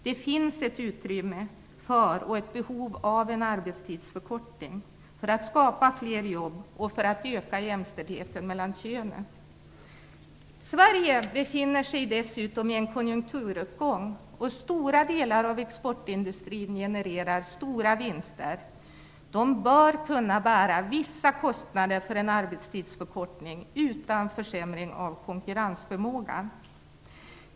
Det finns ett utrymme för och ett behov av en arbetstidsförkortning för att skapa fler jobb och för att öka jämställdheten mellan könen. Sverige befinner sig dessutom i en konjunkturuppgång. Stora delar av exportindustrin genererar stora vinster. Industrin bör kunna bära vissa kostnader av en arbetstidsförkortning utan försämring av konkurrensförmågan.